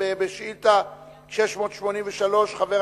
בהפרעות אכילה תוקצבה ב-6.5 מיליוני ש"ח.